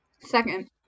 second